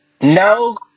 no